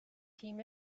him